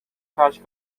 karşı